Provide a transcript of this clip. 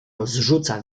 rozrzuca